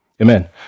amen